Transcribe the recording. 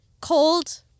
cold